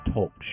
Talk